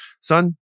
son